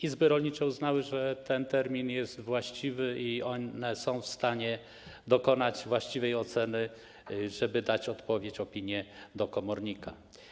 Izby rolnicze uznały, że ten termin jest właściwy i one są w stanie dokonać oceny, żeby dać odpowiedź, wydać opinię dla komornika.